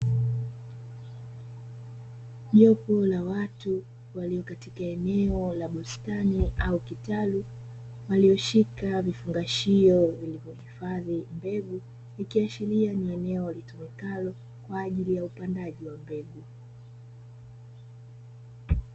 Jopo la watu waliyo katika eneo la bustani au kitalu waliyoshika vifungashio vilivyohifadhi mbegu, ikiashiria ni eneo litumikalo kwa ajili ya upandaji wa mbegu.